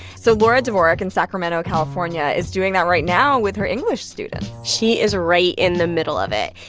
so laura dvorak in sacramento, calif, ah and is doing that right now with her english students she is right in the middle of it.